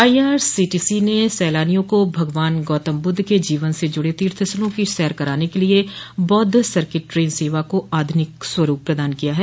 IRCTC ने सैलानियों को भगवान गौतमबुद्ध के जीवन से जड़े तीर्थस्थलों की सैर कराने के लिये बौद्ध सर्किट ट्रेन सेवा को आधुनिक स्वरूप प्रदान किया है